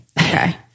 Okay